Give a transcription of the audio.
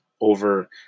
over